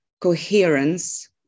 coherence